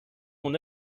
mon